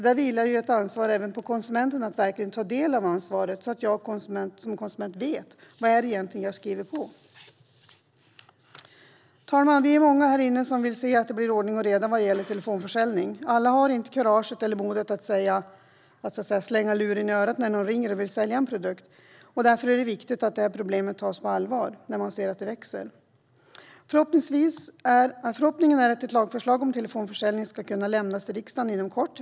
Det vilar alltså ett ansvar även på konsumenten att verkligen ta del av avtalet, så att man vet vad det är man skriver på. Herr talman! Vi är många här inne som vill att det blir ordning och reda vad gäller telefonförsäljning. Alla har inte kuraget eller modet att så att säga slänga luren i örat på någon som ringer och vill sälja en produkt. Det är viktigt att problemet tas på allvar, eftersom man ser att det växer. Förhoppningen är att ett lagförslag om telefonförsäljning ska kunna lämnas till riksdagen inom kort.